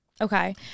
okay